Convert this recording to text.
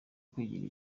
kwigirira